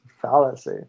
fallacy